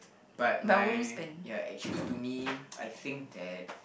but my ya actually to me I think that